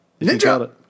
Ninja